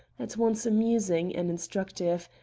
at once amusing and instructive,